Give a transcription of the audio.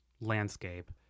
landscape